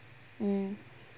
mm